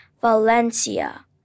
Valencia